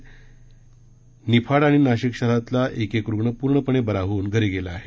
यातील निफाड आणि नाशिक शहरातील एकेक रूग्ण पुर्णपणे बरा होऊन घरी गेला आहे